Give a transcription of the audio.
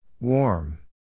Warm